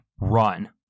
run